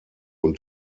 und